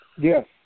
Yes